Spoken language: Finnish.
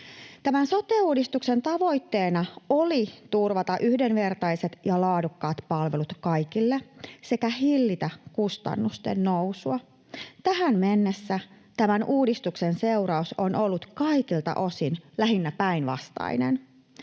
Sote-uudistuksen tavoitteena oli turvata yhdenvertaiset ja laadukkaat palvelut kaikille sekä hillitä kustannusten nousua. Tähän mennessä uudistuksen seuraus on ollut kaikilta osin lähinnä päinvastainen.